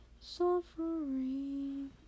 suffering